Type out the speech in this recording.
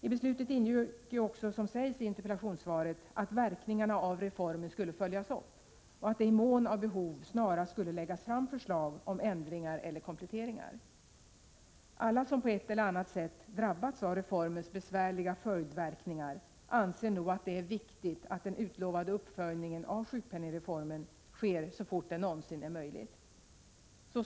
I beslutet ingick också, som sägs i interpellationssvaret, att verkningarna av reformen skulle följas upp och att man i mån av behov snarast skulle lägga fram förslag om ändringar eller kompletteringar. Alla som på ett eller annat sätt har drabbats av reformens besvärliga följdverkningar anser nog att det är viktigt att den utlovade uppföljningen av 15 sjukpenningreformen sker så fort det någonsin är möjligt.